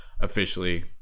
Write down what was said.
officially